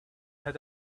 had